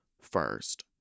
first